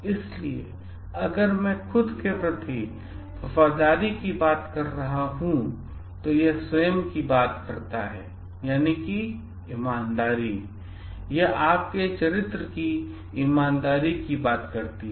इसलिए अगर मैं खुद के प्रति वफादारी की बात कर रहा हूं तो यह स्वयं की बात करता है ईमानदारी यह आपके चरित्र की ईमानदारी की बात करती है